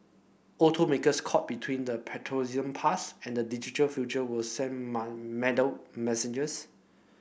automakers caught between the petroleum past and the digital future will send muddled messages